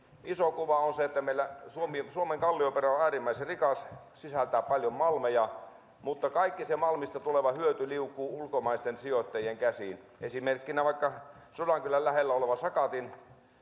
iso kuva on se että meillä suomen kallioperä on äärimmäisen rikas sisältää paljon malmeja mutta kaikki se malmista tuleva hyöty liukuu ulkomaisten sijoittajien käsiin esimerkkinä vaikka sodankylän lähellä oleva sakatin